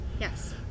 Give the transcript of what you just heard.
Yes